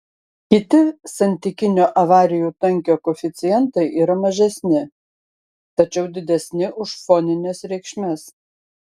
kiti santykinio avarijų tankio koeficientai yra mažesni tačiau didesni už fonines reikšmes